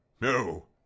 No